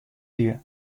hie